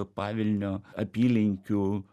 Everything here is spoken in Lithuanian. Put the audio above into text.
pavilnio apylinkių